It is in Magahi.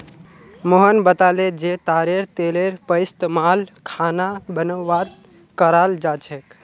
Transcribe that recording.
मोहन बताले जे तारेर तेलेर पइस्तमाल खाना बनव्वात कराल जा छेक